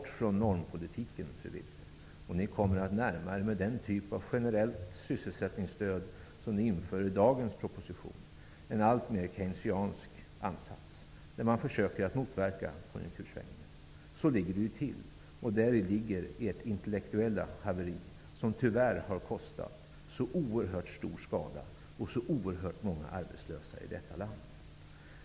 Överge normpolitiken, fru Wibble, och ni kommer att närma er den typ av generellt sysselsättningsstöd som ni inför i dagens proposition, en alltmer keynesiansk ansats, där man försöker att motverka konjunktursvängningen. Så ligger det till, och däri ligger ert intellektuella haveri, som tyvärr har kostat så oerhört stor skada och så oerhört många arbetslösa i vårt land.